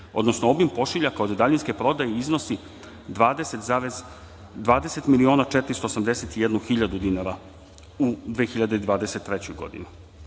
odnosno obim pošiljaka od daljinske prodaje iznosi 20 miliona 481 hiljadu dinara u 2023. godini. Sa